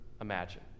imagine